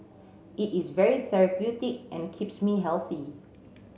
it is very therapeutic and keeps me healthy